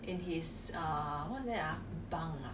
right